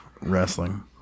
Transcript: wrestling